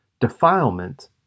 Defilement